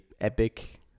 epic